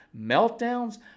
meltdowns